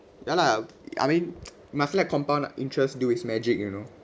ya lah I mean must let compound interest do its magic you know